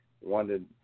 wanted